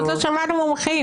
עוד לא שמענו מומחים.